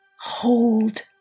Hold